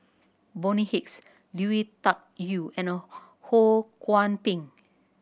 Bonny Hicks Lui Tuck Yew and Ho Kwon Ping